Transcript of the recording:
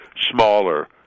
smaller